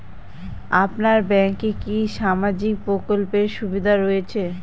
আপনার ব্যাংকে কি সামাজিক প্রকল্পের সুবিধা রয়েছে?